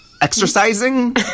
Exercising